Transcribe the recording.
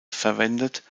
verwendet